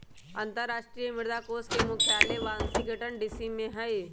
अंतरराष्ट्रीय मुद्रा कोष के मुख्यालय वाशिंगटन डीसी में हइ